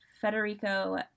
Federico